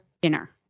dinner